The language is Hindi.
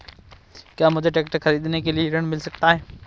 क्या मुझे ट्रैक्टर खरीदने के लिए ऋण मिल सकता है?